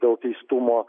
dėl teistumo